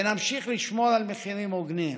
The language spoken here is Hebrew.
ונמשיך לשמור על מחירים הוגנים.